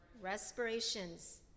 Respirations